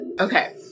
Okay